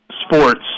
sports